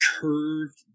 curved